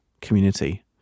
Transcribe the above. community